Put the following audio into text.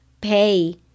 pay